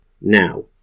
now